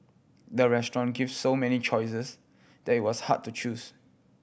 the restaurant give so many choices that it was hard to choose